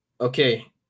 Okay